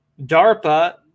DARPA